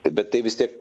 bet tai vis tiek